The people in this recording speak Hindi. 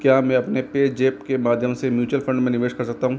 क्या मैं अपने पेज़ैप के माध्यम से म्युचुअल फंड में निवेश कर सकता हूँ